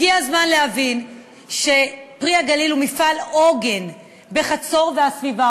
הגיע הזמן להבין ש"פרי הגליל" הוא מפעל עוגן בחצור והסביבה,